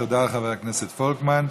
תודה לחבר הכנסת פולקמן.